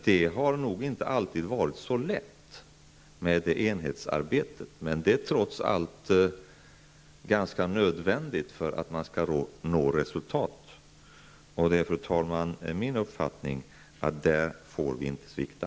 Det enhetsarbetet har inte alltid varit så lätt. Men det är trots allt nödvändigt för att man skall nå resultat. Det är, fru talman, min uppfattning att vi där inte får svikta.